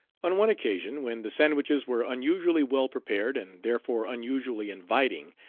on one occasion when the sandwiches were unusually well prepared, and therefore unusually inviting,